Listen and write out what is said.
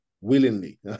willingly